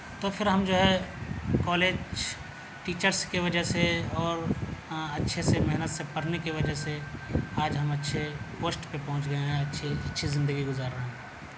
تو پھر ہم جو ہے کالج ٹیچرس کے وجہ سے اور اچھے سے محنت سے پڑھنے کی وجہ سے آج ہم اچھے پوسٹ پہ پہنچ گئے ہیں اچھے اچھی زندگی گزار رہے ہیں